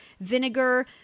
Vinegar